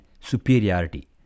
superiority